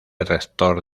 rector